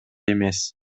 эмес